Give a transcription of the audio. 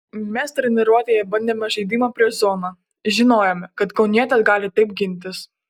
mes treniruotėje bandėme žaidimą prieš zoną žinojome kad kaunietės gali taip gintis